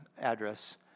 address